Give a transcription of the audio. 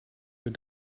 your